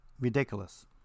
Ridiculous